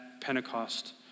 Pentecost